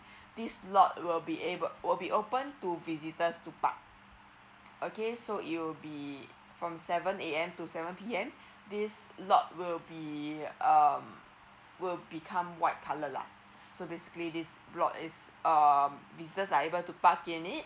this lot will be able will be open to visitors to park okay so it will be from seven A_M to seven P_M this a lot will be um will become white colour lah so basically this block is um visitors are able to park in it